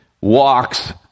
walks